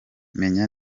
menye